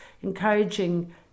encouraging